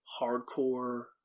hardcore